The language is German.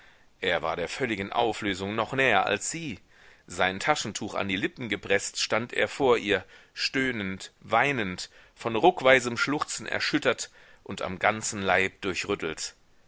er war der völligen auflösung noch näher als sie sein taschentuch an die lippen gepreßt stand er vor ihr stöhnend weinend von ruckweisem schluchzen erschüttert und am ganzen leib